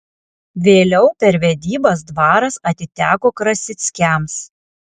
vėliau per vedybas dvaras atiteko krasickiams